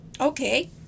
okay